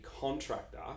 contractor